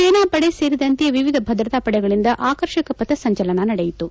ಸೇನಾಪಡೆ ಸೇರಿದಂತೆ ವಿವಿಧ ಭದ್ರತಾಪಡೆಗಳಿಂದ ಆಕರ್ಷಕ ಪಥಸಂಚಲನ ನಡೆಯಿತು